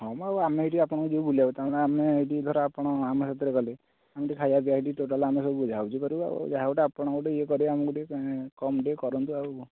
ହଁ ମ ଆଉ ଆମେ ଏଠି ଆପଣଙ୍କୁ ଯିବୁ ବୁଲିବାକୁ ତା'ପରେ ଆମେ ଏଇଠିକି ଧର ଆପଣ ଆମ ସାଥିରେ ଗଲେ ଆମେ ଟିକିଏ ଖାଇବା ପିଇବା ହେଇଟି ଟୋଟାଲ୍ ଆମେ ବୁଝା ବୁଝି କରିବୁ ଯାହା ଗୋଟେ ଆପଣ ଗୋଟେ ଇଏ କରିବେ ଆମକୁ ଟିକିଏ କମ୍ ଟିକିଏ କରନ୍ତୁ ଆଉ